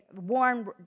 warn